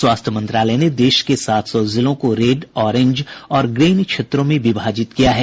स्वास्थ्य मंत्रालय ने देश के सात सौ जिलों को रेड ओरेंज और ग्रीन क्षेत्रों में विभाजित किया है